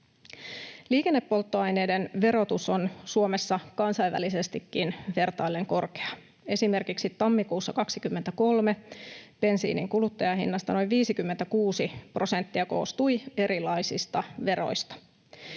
Liikennepolttoaineiden verotus on Suomessa kansainvälisestikin vertaillen korkeaa. Esimerkiksi tammikuussa 2023 bensiinin kuluttajahinnasta noin 56 prosenttia koostui erilaisista veroista.